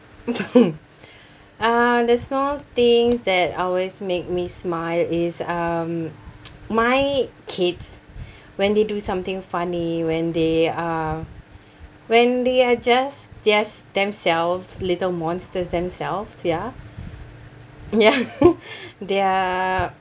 uh the small things that always make me smile is um my kids when they do something funny when they are when they are just their themselves little monsters themselves ya ya they're